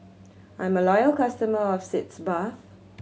I'm a loyal customer of Sitz Bath